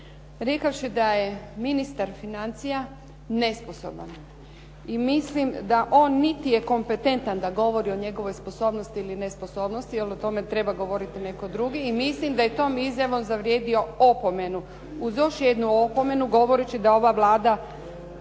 rekavši da je ministar financija nesposoban i mislim da on niti je kompetentan da govori o njegovoj sposobnosti ili nesposobnosti jer o tome treba govoriti netko drugi i mislim da je tom izjavom zavrijedio opomenu, uz još jednu opomenu govoreći da ova Vlada